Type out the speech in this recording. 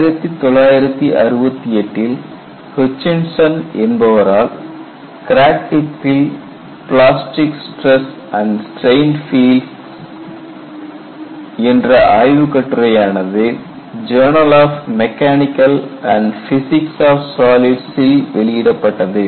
1968 இல் ஹுட்சின்சன் என்பவரால் "கிராக் டிப்பில் plastic stress and strain fields " என்ற ஆய்வுக்கட்டுரையானது journal of mechanics and physics of solids சில் வெளியிடப்பட்டது